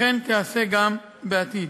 ותיעשה גם בעתיד.